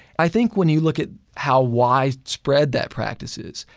i think when you look at how wide spread that practices,